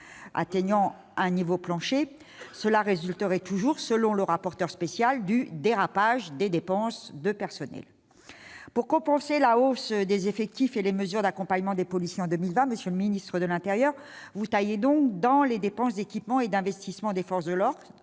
atteignant un niveau plancher, cela résulte toujours, selon le rapporteur spécial, « du dérapage des dépenses de personnel ». Pour compenser la hausse des effectifs et les mesures d'accompagnement des policiers en 2020, monsieur le ministre de l'intérieur, vous taillez donc dans les dépenses d'équipement et d'investissement des forces de l'ordre,